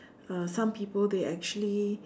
uh some people they actually